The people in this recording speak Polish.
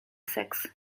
seks